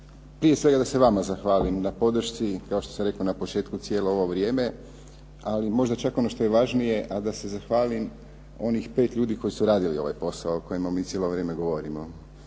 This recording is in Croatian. Prije svega da se vama zahvalim na podršci, i kao što sam rekao na početku cijelo ovo vrijeme, ali možda ono što je važnije, a da se zahvalim onih pet ljudi koji su radili ovaj posao o kojemu mi cijelo vrijeme govorimo.